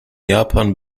japan